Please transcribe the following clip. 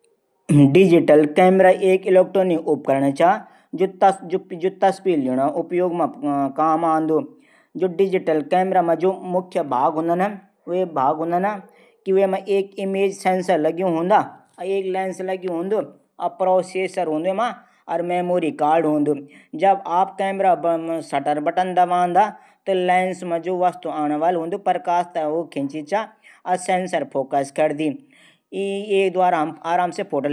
Digital camera एक electronic उपकरण चा जू तस्वीर लेणा उपयोग मा काम आंदू डिजिटल कैमरा मा जू मुख्य भाग हूदन कि वे मा एक इमेज सैंसर लग्यू हूंदू। और एक लैंस लग्यू हूंदू और प्रोसेसर हूंदू वेमा मैमोरी कार्ड हूंदू जब हम कैमरा कू सटर बटन दबांदा। त लैंस मा वस्तु आंण वली हूंदू। प्रकाश तै वा खिंचदी चा सैसर फोकस करदी ये द्वारा हम डिजिटल कैमरा से फोटो ले सकदा